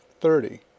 thirty